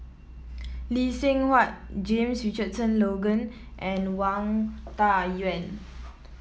Lee Seng Huat James Richardson Logan and Wang Dayuan